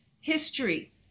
history